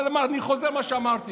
אבל אני חוזר על מה שאמרתי.